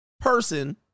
person